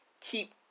keep